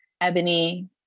Ebony